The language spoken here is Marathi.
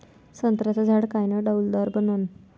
संत्र्याचं झाड कायनं डौलदार बनन?